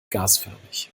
gasförmig